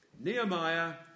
Nehemiah